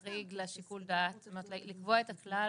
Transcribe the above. לחריג לשיקול דעת, זאת אומרת לקבוע את הכלל